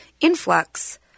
influx